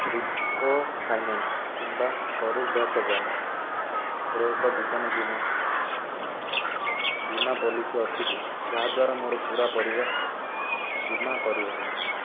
Repco finance କିମ୍ବା କରୂର ଭେଷ ବ୍ୟାଙ୍କ୍ରେ ଏକ ଜୀବନ ବୀମା ବୀମା ପଲିସି ଅଛିକି ଯାହା ଦ୍ଵାରା ମୋର ପୂରା ପରିବାରର ବୀମା କରିହେବ